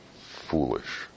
foolish